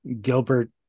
Gilbert